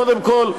קודם כול,